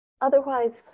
Otherwise